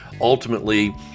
ultimately